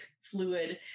fluid